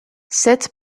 sept